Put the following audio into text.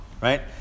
right